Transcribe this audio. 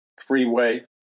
freeway